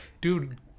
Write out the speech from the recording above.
Dude